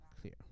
clear